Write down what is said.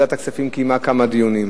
ועדת הכספים קיימה כמה דיונים.